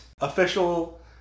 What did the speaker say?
official